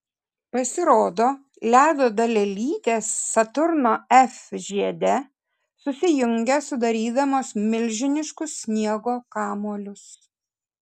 pasirodo ledo dalelytės saturno f žiede susijungia sudarydamos milžiniškus sniego kamuolius